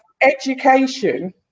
education